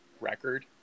record